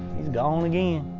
he's gone again.